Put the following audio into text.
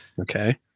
okay